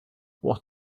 what